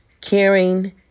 Caring